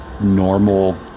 normal